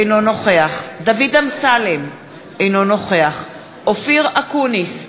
אינו נוכח דוד אמסלם, אינו נוכח אופיר אקוניס,